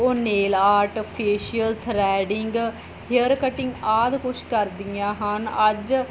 ਉਹ nail art facial threading hair cutting ਆਦਿ ਕੁਛ ਕਰਦੀਆਂ ਹਨ ਅੱਜ